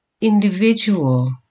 individual